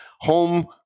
home